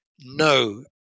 no